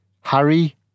Harry